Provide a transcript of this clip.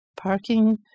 Parking